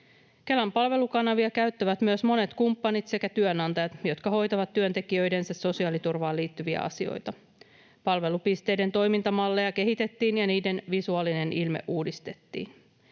Kelan palvelukanavia käyttävät myös monet kumppanit sekä työnantajat, jotka hoitavat työntekijöidensä sosiaaliturvaan liittyviä asioita. Palvelupisteiden toimintamalleja kehitettiin ja niiden visuaalinen ilme uudistettiin.